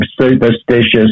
superstitious